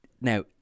Now